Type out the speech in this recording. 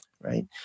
right